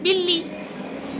ਬਿੱਲੀ